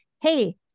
hey